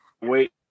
wait